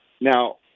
Now